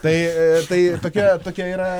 tai tai tokia tokia yra